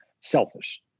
selfish